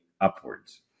upwards